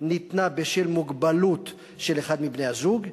ניתנה בשל מוגבלות של אחד מבני-הזוג,